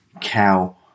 cow